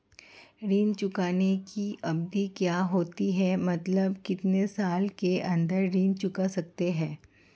ऋण चुकाने की अवधि क्या होती है मतलब कितने साल के अंदर ऋण चुका सकते हैं?